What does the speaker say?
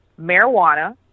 marijuana